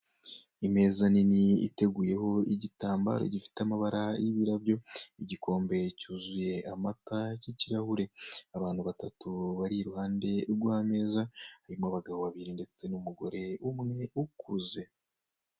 Imeza nini iteguyeho igitambaro gifite amabara y'ibirabyo, igikombe cyuzuye amata cy'ikirahure, abantu batatu bari iruhande rw'ameza, harimo abagabo babiri ndetse n'umugore umwe ukuze.